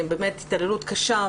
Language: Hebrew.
באמת התעללות קשה,